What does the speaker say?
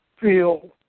feel